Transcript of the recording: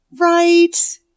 Right